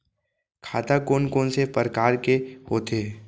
खाता कोन कोन से परकार के होथे?